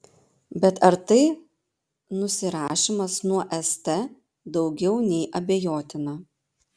bet ar tai nusirašymas nuo st daugiau nei abejotina